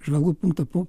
žvalgų punkto po